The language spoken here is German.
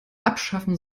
abschaffen